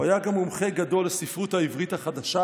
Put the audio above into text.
הוא היה גם מומחה גדול לספרות העברית החדשה,